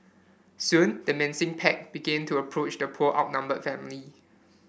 soon the menacing pack began to approach the poor outnumbered family